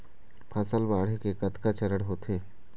फसल बाढ़े के कतका चरण होथे?